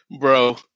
Bro